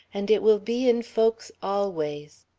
and it will be in folks always.